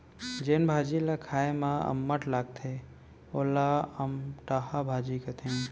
जेन भाजी ल खाए म अम्मठ लागथे वोला अमटहा भाजी कथें